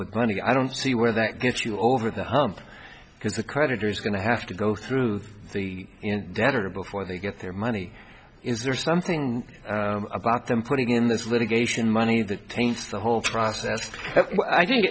with money i don't see where that gets you over the hump because the creditors are going to have to go through the debtor before they get their money is there something about them putting in this litigation money that taints the whole process i think